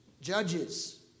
Judges